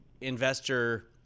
investor